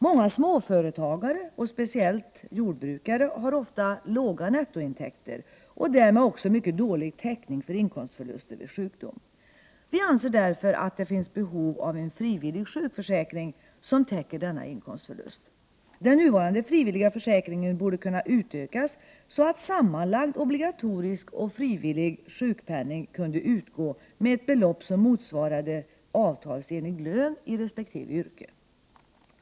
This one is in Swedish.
Många småföretagare, speciellt jordbrukare, har låga nettointäkter och därmed också mycket dålig täckning för inkomstförlust vid sjukdom. Vi anser därför att det finns behov av en frivillig sjukförsäkring som täcker denna inkomstförlust. Den nuvarande frivilliga försäkringen borde kunna utökas så att sammanlagd obligatorisk och frivillig sjukpenning kunde utgå med ett belopp som motsvarar avtalsenlig lön i resp. yrke.